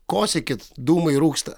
kosėkit dūmai rūksta